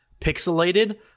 pixelated